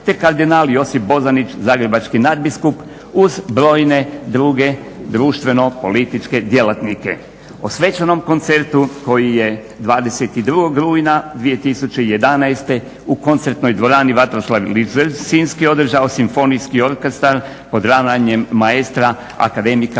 te kardinal Josip Bozanić zagrebački nadbiskup uz brojne druge društveno političke djelatnike. O svečanom koncertu koji je 22. rujna 2011. u Koncertnoj dvorani Vatroslav Lisinski održano Simfonijski orkestar pod ravnanjem maestra akademika